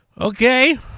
Okay